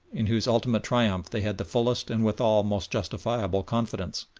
in whose ultimate triumph they had the fullest and withal most justifiable confidence.